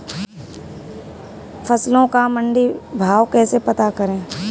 फसलों का मंडी भाव कैसे पता करें?